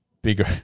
Bigger